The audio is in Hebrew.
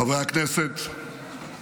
חבר הכנסת מיקי